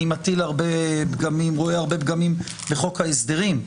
אני מטיל הרבה פגמים ורואה הרבה פגמים בחוק ההסדרים,